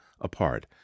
apart